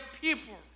people